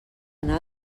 anar